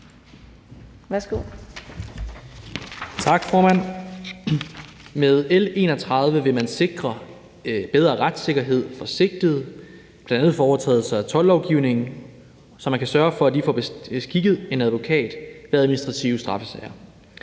Münster (KF): Med L 31 vil man sikre bedre retssikkerhed for sigtede, bl.a. ved overtrædelser af toldlovgivningen, så man kan sørge for at få beskikket en advokat ved administrative straffesager.